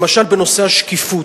למשל בנושא השקיפות.